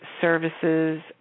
services